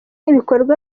ibikorwa